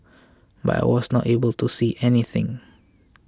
but I was not able to see anything